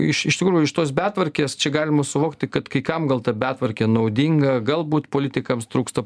iš iš tikrųjų iš tos betvarkės čia galima suvokti kad kai kam gal ta betvarkė naudinga galbūt politikams trūksta